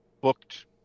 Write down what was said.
booked